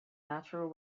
natural